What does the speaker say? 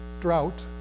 drought